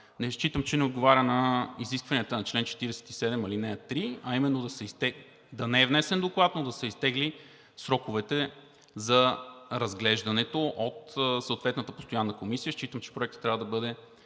считам, че не отговаря на изискванията на чл. 47, ал. 3, а именно да е внесен доклад, но да се изтеглят сроковете за разглеждането му от съоветната постоянна комисия. Считам, че Проектът първо трябва да бъде